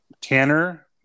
Tanner